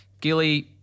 Gilly